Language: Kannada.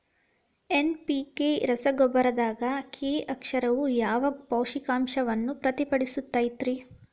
ಎನ್.ಪಿ.ಕೆ ರಸಗೊಬ್ಬರದಾಗ ಕೆ ಅಕ್ಷರವು ಯಾವ ಪೋಷಕಾಂಶವನ್ನ ಪ್ರತಿನಿಧಿಸುತೈತ್ರಿ?